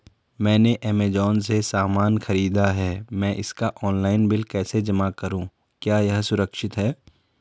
मैंने ऐमज़ान से सामान खरीदा है मैं इसका ऑनलाइन बिल कैसे जमा करूँ क्या यह सुरक्षित है?